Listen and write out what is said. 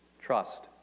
Trust